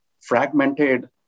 fragmented